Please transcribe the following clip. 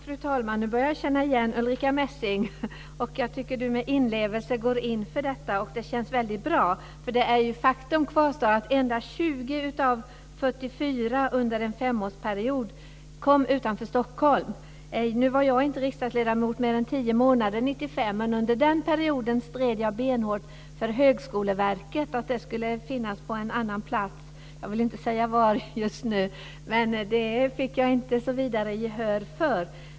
Fru talman! Nu börjar jag känna igen Ulrica Messing. Jag tycker att hon med inlevelse går in för detta. Det känns bra. Men faktum kvarstår att endast 20 av Jag var inte riksdagsledamot mer än tio månader 1995. Men under den perioden stred jag benhårt för att Högskoleverket skulle finnas på en annan plats - jag vill just nu inte säga var. Men det fick jag inte något vidare gehör för.